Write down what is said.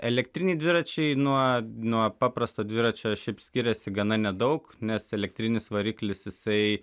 elektriniai dviračiai nuo nuo paprasto dviračio šiaip skiriasi gana nedaug nes elektrinis variklis jisai